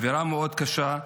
באווירה מאוד קשה.